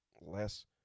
less